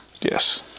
yes